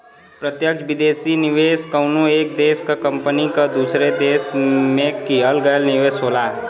प्रत्यक्ष विदेशी निवेश कउनो एक देश क कंपनी क दूसरे देश में किहल गयल निवेश होला